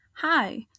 Hi